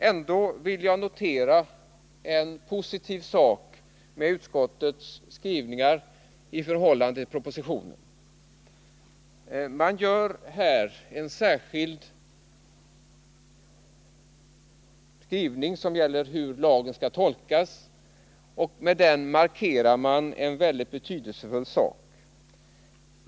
Ändå vill jag notera en positiv sak med utskottets skrivning i förhållande till propositionen. Man gör här en särskild skrivning som gäller hur lagen skall tolkas, och med denna markerar man en betydelsefull sak.